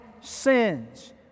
sins